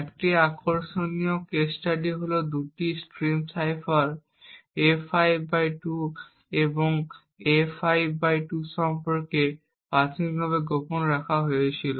একটি আকর্ষণীয় case study হল দুটি স্ট্রিম সাইফার A51 এবং A52 সম্পর্কে যা প্রাথমিকভাবে গোপন রাখা হয়েছিল